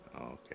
Okay